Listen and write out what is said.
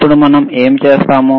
ఇప్పుడు మనం ఏమి చూస్తాము